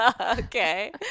okay